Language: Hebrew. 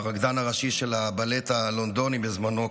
הרקדן הראשי של הבלט הלונדוני בזמנו,